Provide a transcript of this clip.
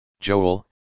Joel